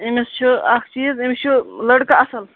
أمِس چھُ أکھ چیٖز أمِس چھُ لَڑکہٕ اَصٕل